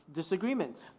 ，disagreements，